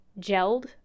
gelled